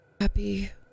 Happy